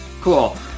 cool